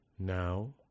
Now